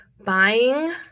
buying